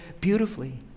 beautifully